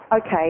okay